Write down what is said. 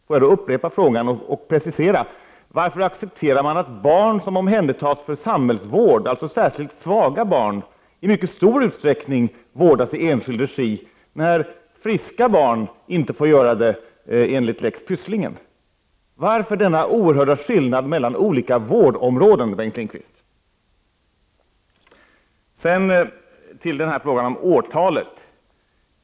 Får jag då upprepa frågan och precisera den: Varför accepterar regeringen att barn som omhändertas för samhällsvård, dvs. särskilt svaga barn, i mycket stor utsträckning vårdas i enskild regi, när friska barn inte får det, enligt lex Pysslingen? Varför denna oerhört stora skillnad mellan olika vårdområden, Bengt Lindqvist? Sedan till frågan om årtalet.